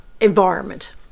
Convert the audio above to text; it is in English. environment